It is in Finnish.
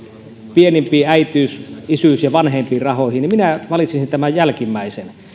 pienimpiin äitiys isyys ja vanhempainrahoihin niin minä valitsisin tämän jälkimmäisen